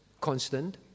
constant